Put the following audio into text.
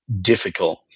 difficult